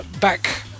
back